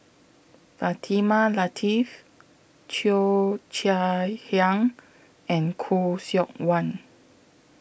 Fatimah Lateef Cheo Chai Hiang and Khoo Seok Wan